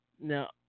Now